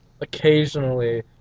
occasionally